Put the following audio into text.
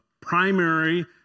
primary